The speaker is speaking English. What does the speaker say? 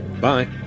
Bye